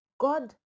God